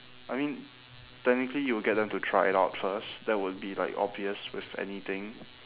I mean technically you will get them to try it out first that would be like obvious with anything